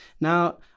Now